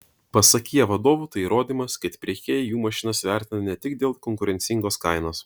pasak kia vadovų tai įrodymas kad pirkėjai jų mašinas vertina ne tik dėl konkurencingos kainos